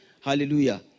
Hallelujah